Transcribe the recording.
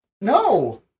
No